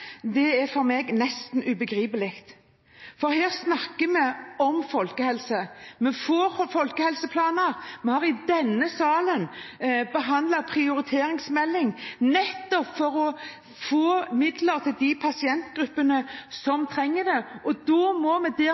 er for meg nesten ubegripelig, for her snakker vi om folkehelse. Vi får folkehelseplaner. Vi har i denne salen behandlet en prioriteringsmelding, nettopp for å få midler til de pasientgruppene som trenger det, og da må vi, der